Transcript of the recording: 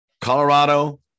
Colorado